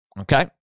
Okay